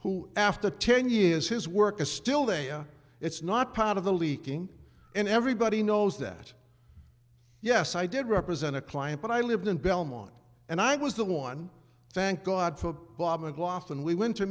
who after ten years his work is still there it's not part of the leaking and everybody knows that yes i did represent a client but i lived in belmont and i was the one thank god for bob mcglothlin we went t